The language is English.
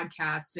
podcast